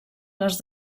les